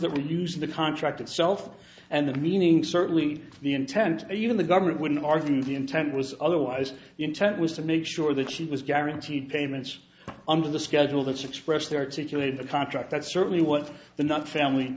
that were used the contract itself and the meaning certainly the intent even the government when are the intent was otherwise the intent was to make sure that she was guaranteed payments under the schedule that's expressed their it situated the contract that's certainly what the knot family